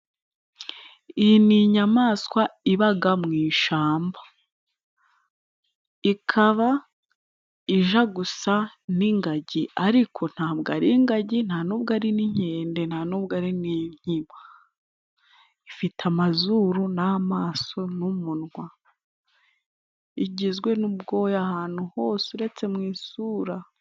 Iyi ni inyamaswa ibaga mu ishamba. Ikaba ija gusa n'ingagi ariko ntabwo ari ingagi, nta n'ubwo ari n'inkende, nta n'ubwo ari n'inkima. Ifite amazuru n'amaso n'umunwa, igizwe n'ubwoya ahantu hose uretse mu isura.